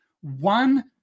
one